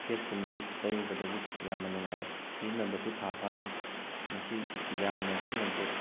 face cream ꯑꯁꯤ ꯇꯩꯔꯨꯕꯗꯒꯤ ꯌꯥꯝꯅ ꯅꯨꯡꯉꯥꯏꯔꯦ ꯁꯤꯖꯤꯟꯅꯕꯁꯨ ꯊꯥ ꯐꯥꯗ꯭ꯔꯤ ꯃꯁꯤ ꯌꯥꯝꯅ ꯁꯤꯖꯤꯟꯅꯕꯗ